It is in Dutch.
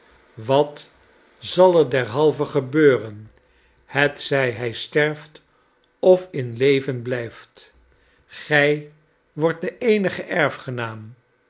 wat zal er derhalve gebeuren hetzij hij sterft of in leven blijft gij wordtde